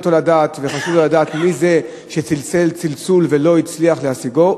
אותו לדעת וחשוב לו לדעת מי זה שצלצל ולא הצליח להשיגו,